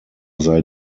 sei